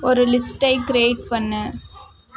ஒரு லிஸ்ட்டை க்ரியேட் பண்ணு